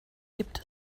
gibt